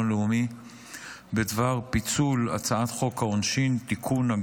לאומי בדבר פיצול הצעת חוק העונשין (תיקון,